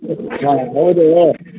ಹಾಂ ಹೌದು